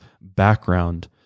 background